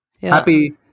Happy